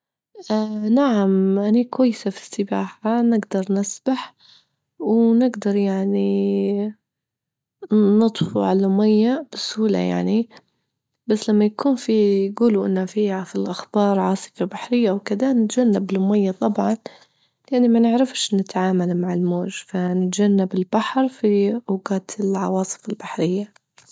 نعم أني كويسة في السباحة، نجدر نسبح ونجدر يعني نطفوا على المية بسهولة يعني، بس لما يكون في يجولوا إنه فيه في الأخبار عاصفة بحرية وكدا نتجنب المية طبعا، يعني ما نعرفش نتعامل مع الموج، فنجنب البحر في أوجات العواصف البحرية.